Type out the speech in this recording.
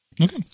Okay